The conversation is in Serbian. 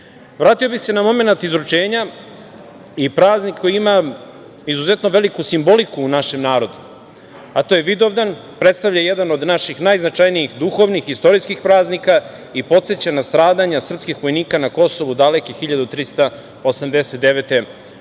bih se na momenat izručenja i praznik koji ima izuzetno veliku simboliku u našem narodu, a to je Vidovdan. Predstavlja jedan od naših najznačajnijih duhovnih, istorijskih praznika i podseća na stradanja srpskih vojnika na Kosovu daleke 1389. godine.